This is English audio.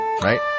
Right